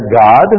God